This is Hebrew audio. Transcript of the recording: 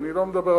אני לא מדבר,